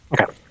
Okay